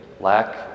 lack